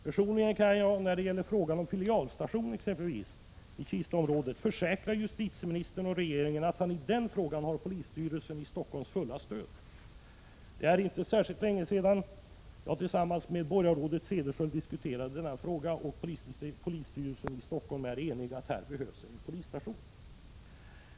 Personligen kan jag när det gäller frågan om filialstation exempelvis i Kistaområdet försäkra justitieministern och regeringen om att de i den frågan har polisstyrelsens i Stockholm fulla stöd. Det är inte särskilt länge sedan jag tillsammans med borgarrådet Cederschiöld diskuterade denna fråga, och polisstyrelsen i Stockholm är enig om att här behövs en polisstation.